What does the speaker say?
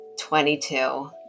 22